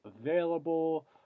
available